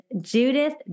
Judith